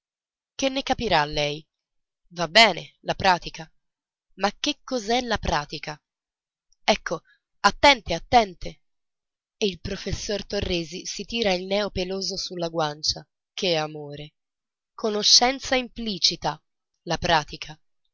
che ne capirà lei va bene la pratica ma che cos'è la pratica ecco attente attente e il professor torresi si tira il neo peloso su la guancia che amore conoscenza implicita la pratica